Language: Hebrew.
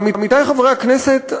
עמיתי חברי הכנסת,